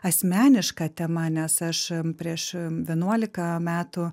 asmeniška tema nes aš prieš vienuolika metų